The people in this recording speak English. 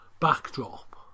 backdrop